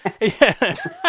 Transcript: Yes